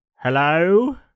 Hello